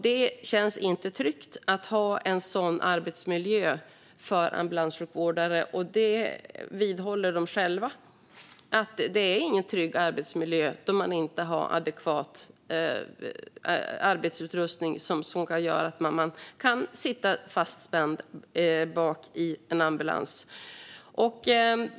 Det känns inte tryggt att ha en sådan arbetsmiljö för ambulanssjukvårdare, och de vidhåller själva att det inte är en trygg arbetsmiljö när man inte har adekvat arbetsutrustning som gör att man kan sitta fastspänd bak i en ambulans.